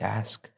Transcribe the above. ask